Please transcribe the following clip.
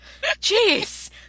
Jeez